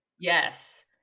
Yes